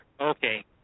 Okay